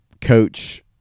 coach